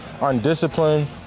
undisciplined